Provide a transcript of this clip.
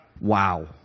Wow